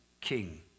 king